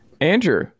andrew